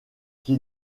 qui